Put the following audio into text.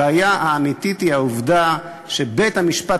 הבעיה האמיתית היא העובדה שבית-המשפט